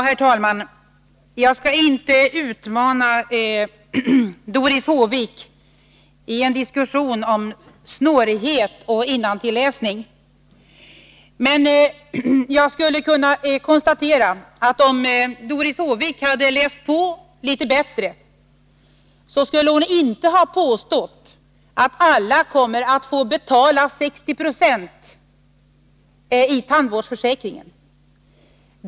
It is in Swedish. Herr talman! Jag skall inte utmana Doris Håvik på en diskussion om snårighet och innantilläsning. Men jag kan konstatera att om Doris Håvik hade läst på litet bättre, skulle hon inte ha påstått att alla kommer att få betala 60 70 i tandvårdsförsäkringen.